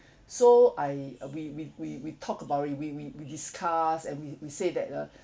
so I uh we we we we talk about it we we we discuss and we we say that uh